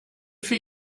für